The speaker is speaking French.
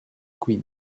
queen